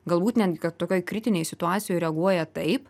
galbūt netgi kad tokioj kritinėj situacijoj reaguoja taip